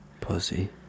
Pussy